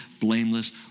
blameless